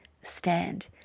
stand